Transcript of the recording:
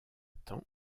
temps